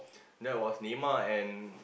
that was Neymar and